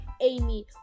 Amy